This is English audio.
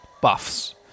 buffs